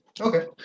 Okay